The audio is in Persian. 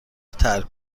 ترک